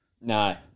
No